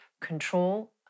control